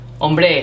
Hombre